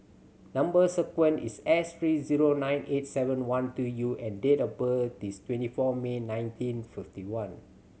number sequence is S three zero nine eight seven one two U and date of birth is twenty four May nineteen fifty one